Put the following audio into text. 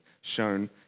shown